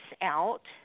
out